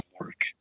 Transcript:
work